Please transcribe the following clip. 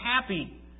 happy